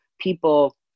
people